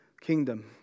kingdom